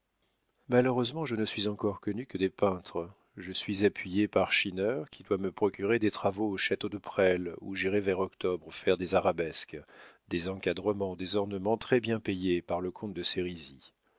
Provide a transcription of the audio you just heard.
malheureusement je ne suis encore connu que des peintres je suis appuyé par schinner qui doit me procurer des travaux au château de presles où j'irai vers octobre faire des arabesques des encadrements des ornements très-bien payés par le comte de